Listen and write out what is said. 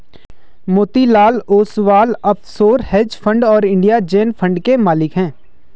Motilal Oswal offshore hedge fund और India zen fund के मालिक हैं